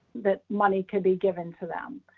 that money could be given to them.